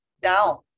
down